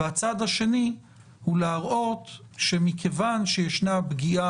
והצעד השני הוא להראות שמכיוון שיש פגיעה